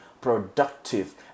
productive